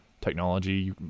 technology